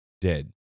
dead